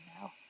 now